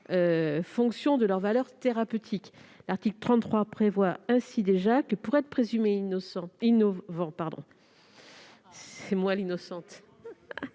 fonction de leur valeur thérapeutique. L'article 33 prévoit ainsi déjà que, pour être présumé innovant, et donc être